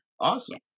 Awesome